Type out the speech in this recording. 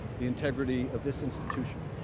the integrity of this institution